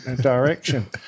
direction